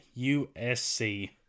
USC